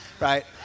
right